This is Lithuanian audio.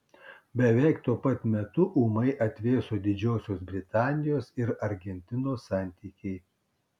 beveik tuo pat metu ūmai atvėso didžiosios britanijos ir argentinos santykiai